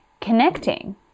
connecting